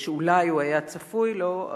שאולי הוא היה צפוי לו,